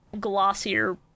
glossier